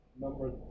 Number